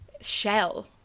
shell